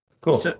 Cool